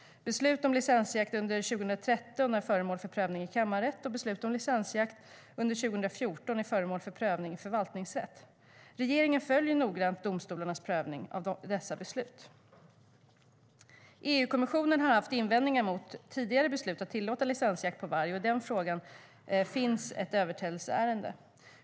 Beslut om licensjakt under 2013 är föremål för prövning i kammarrätt, och beslut om licensjakt under 2014 är föremål för prövning i förvaltningsrätt. Regeringen följer noggrant domstolarnas prövning av dessa beslut.EU-kommissionen har haft invändningar mot tidigare beslut att tillåta licensjakt på varg, och i den frågan finns ett överträdelseärende.